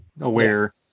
aware